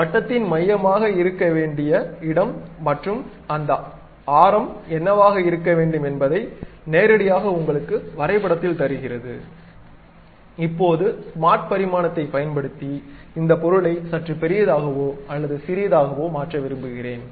வட்டத்தின் மையமாக இருக்க வேண்டிய இடம் மற்றும் அந்த ஆரம் என்னவாக இருக்க வேண்டும் என்பதை நேராக உங்களுக்குத் வரைபடத்தில் தருகிறது இப்போது ஸ்மார்ட் பரிமாணத்தைப் பயன்படுத்தி இந்த பொருளை சற்று பெரியதாகவோ அல்லது சிறியதாகவோ மாற்ற விரும்புகிறேன்